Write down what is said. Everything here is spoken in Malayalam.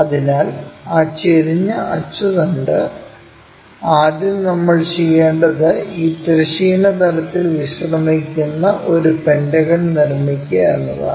അതിനാൽ ആ ചെരിഞ്ഞ അച്ചുതണ്ട് ആദ്യം നമ്മൾ ചെയ്യേണ്ടത് ഈ തിരശ്ചീന തലത്തിൽ വിശ്രമിക്കുന്ന ഒരു പെന്റഗൺ നിർമ്മിക്കുക എന്നതാണ്